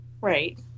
Right